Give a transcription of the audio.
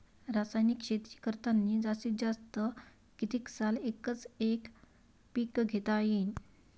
रासायनिक शेती करतांनी जास्तीत जास्त कितीक साल एकच एक पीक घेता येईन?